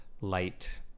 light